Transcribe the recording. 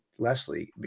Leslie